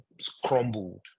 scrambled